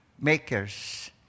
makers